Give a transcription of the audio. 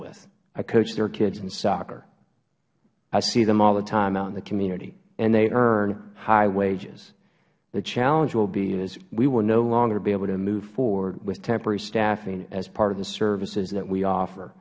with i coach their kids in soccer i see them all the time out in the community and they earn high wages the challenge will be that we will no longer be able to move forward with temporary staffing as part of the services that we offer